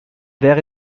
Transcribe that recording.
wäre